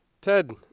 Ted